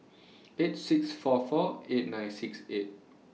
eight six four four eight nine six eight